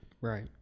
Right